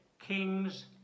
Kings